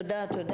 תודה.